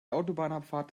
autobahnabfahrt